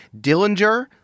Dillinger